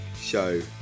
show